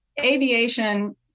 aviation